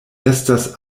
estas